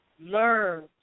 learn